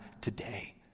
today